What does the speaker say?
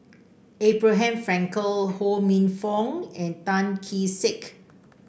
Abraham Frankel Ho Minfong and Tan Kee Sek